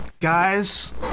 Guys